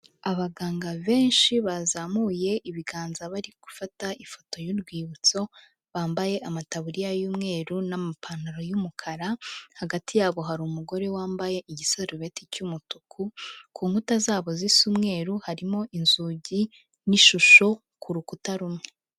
Abaganga benshi bazamuye ibiganza bari gufata ifoto y'urwibutso, bambaye amataburiya y'umweru n'amapantaro y'umukara, hagati yabo hari umugore wambaye igisarubeti cy'umutuku, ku nkuta zabo zisa umweru, harimo inzugi n'ishusho, ku rukuta rumwe.